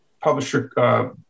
publisher